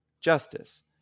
justice